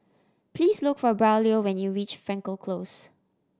please look for Braulio when you reach Frankel Close